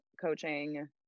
coaching